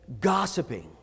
gossiping